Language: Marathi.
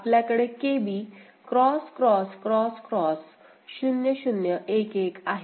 आपल्याकडे KB X X X X 0 0 1 1 आहे